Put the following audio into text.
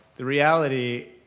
the reality